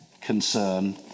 concern